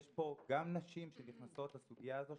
יש פה גם נשים שנכנסות לסוגיה הזאת,